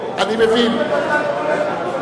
אז אני אענה לך בשם הכנסת.